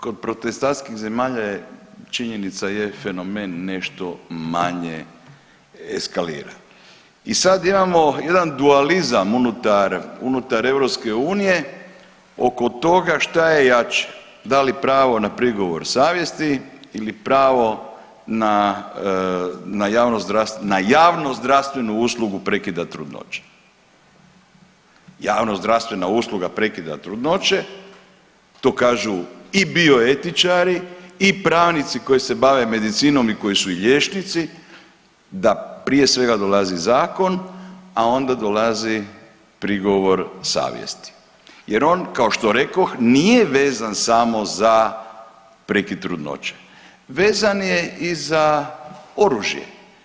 Kod protestantskih zemalja je, činjenica je fenomen nešto manje eskalira i sad imamo jedan dualizam unutar, unutar EU oko toga šta je jače, da li pravo na prigovor savjesti ili pravo na, na javnozdravstvenu uslugu prekida trudnoće, javnozdravstvena usluga prekida trudnoće, to kažu i bioetičari i pravnici koji se bave medicinom i koji su liječnici da prije svega dolazi zakon, a onda dolazi prigovor savjesti jer on kao što rekoh nije vezan samo za prekid trudnoće, vezan je i za oružje.